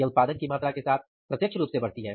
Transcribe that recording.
यह उत्पादन की मात्रा के साथ प्रत्यक्ष रूप से बढ़ती है